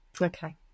Okay